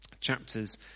chapters